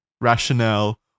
rationale